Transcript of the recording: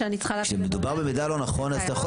שאני צריכה --- כשמדובר במידע לא נכון אז אתה יכול